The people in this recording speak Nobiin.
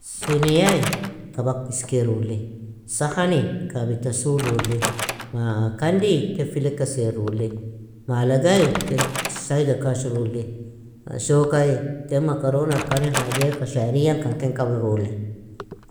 siniyayi kabak iskeeru li, sahani kabita suru li, kandi ken filaka seru li, maalagayi ken shayga kashru li, shokayi ken macarona ikan haje eka shaariyan kan ken kabru li.